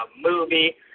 movie